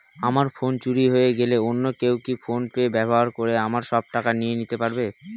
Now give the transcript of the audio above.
আমার ফোন চুরি হয়ে গেলে অন্য কেউ কি ফোন পে ব্যবহার করে আমার সব টাকা নিয়ে নিতে পারবে?